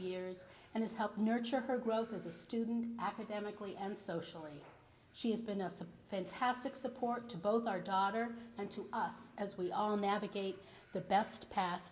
years and has help nurture her growth as a student academically and socially she has been a fantastic support to both our daughter and to us as we all navigate the best p